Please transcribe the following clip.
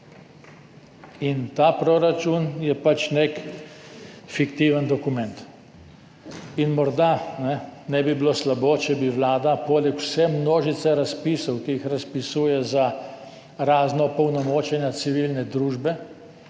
In ta proračun je pač nek fiktiven dokument. In morda ne bi bilo slabo, če bi vlada poleg vse množice razpisov, ki jih razpisuje za razna opolnomočenja civilne družbe,